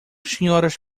senhoras